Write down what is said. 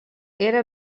era